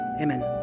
Amen